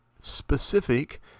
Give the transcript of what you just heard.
specific